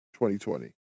2020